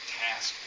task